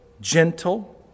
gentle